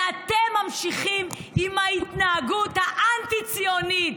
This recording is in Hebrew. ואתם ממשיכים עם ההתנהגות האנטי-ציונית,